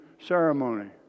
ceremony